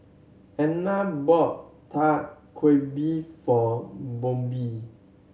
Edna bought Dak Galbi for Bobbi